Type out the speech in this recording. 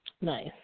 Nice